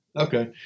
Okay